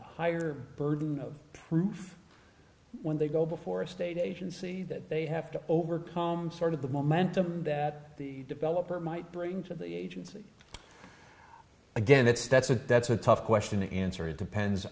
higher burden of proof when they go before a state agency that they have to overcome sort of the momentum that the developer might bring to the agency again that's that's a that's a tough question to answer it